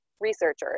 researchers